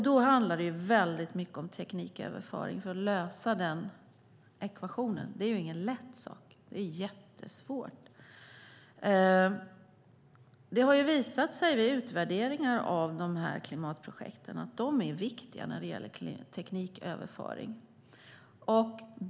Då handlar det väldigt mycket om tekniköverföring för att lösa den ekvationen. Det är ingen lätt sak. Det är jättesvårt. Det har visat sig vid utvärderingar av de här klimatprojekten att de är viktiga när det gäller tekniköverföring.